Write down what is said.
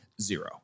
Zero